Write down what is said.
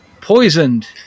Poisoned